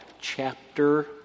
chapter